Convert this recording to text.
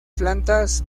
plantas